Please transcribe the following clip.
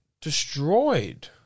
destroyed